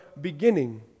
beginning